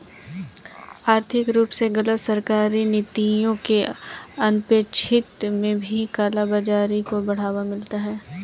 आर्थिक रूप से गलत सरकारी नीतियों के अनपेक्षित में भी काला बाजारी को बढ़ावा मिलता है